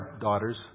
daughters